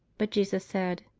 but jesus said,